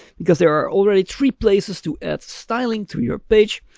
because there are already three places to add styling to your page.